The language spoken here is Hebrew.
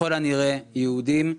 ככל הנראה יהודים.